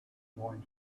going